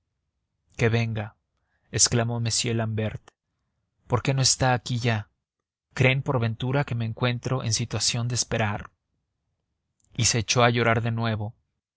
que venga exclamó m l'ambert por qué no está aquí ya creen por ventura que me encuentro en situación de esperar y se echó a llorar de nuevo